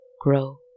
grow